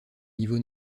niveau